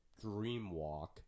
dreamwalk